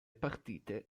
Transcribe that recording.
partite